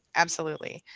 absolutely,